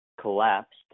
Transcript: Collapsed